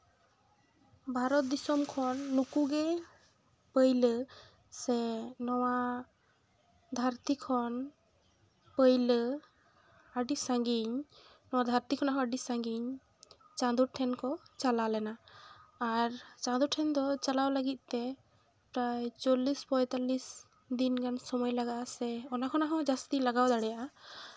ᱵᱷᱟᱨᱚᱛ ᱫᱤᱥᱚᱢ ᱠᱷᱚᱱ ᱱᱩᱠᱩ ᱜᱮ ᱯᱟᱹᱭᱞᱟᱹ ᱥᱮ ᱱᱚᱣᱟ ᱫᱟᱹᱨᱛᱤ ᱠᱷᱚᱱ ᱯᱟᱹᱭᱞᱟᱹ ᱟᱹᱰᱤ ᱥᱟᱺᱜᱤᱧ ᱱᱚᱣᱟ ᱫᱷᱟᱹᱨᱛᱤ ᱠᱷᱚᱱᱟᱜ ᱦᱚᱸ ᱟᱹᱰᱤ ᱥᱟᱺᱜᱤᱧ ᱪᱟᱸᱫᱚ ᱴᱷᱮᱱ ᱠᱚ ᱪᱟᱞᱟᱣ ᱞᱮᱱᱟ ᱟᱨ ᱪᱟᱸᱫᱚ ᱴᱷᱮᱱ ᱫᱚ ᱪᱟᱞᱟᱣ ᱞᱟᱹᱜᱤᱫ ᱛᱮ ᱯᱨᱟᱭ ᱪᱚᱞᱞᱤᱥ ᱯᱚᱸᱭᱛᱟᱞᱞᱤᱥ ᱫᱤᱱ ᱜᱟᱱ ᱥᱚᱢᱚᱭ ᱞᱟᱜᱟᱜᱼᱟ ᱥᱮ ᱚᱱᱟ ᱠᱷᱚᱱᱟᱜ ᱦᱚᱸ ᱡᱟᱹᱥᱛᱤ ᱞᱟᱜᱟᱣ ᱫᱟᱲᱮᱭᱟᱜᱼᱟ